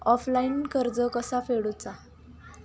Offline कर्ज कसा फेडूचा?